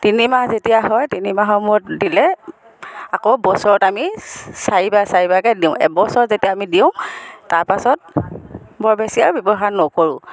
তিনিমাহ যেতিয়া হয় তিনি মাহৰ মূৰত দিলে আকৌ বছৰত আমি চাৰিবাৰ চাৰিবাৰকৈ দিওঁ এবছৰ যেতিয়া আমি দিওঁ তাৰ পাছত বৰ বেছি আৰু ব্যৱহাৰ নকৰোঁ